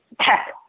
tech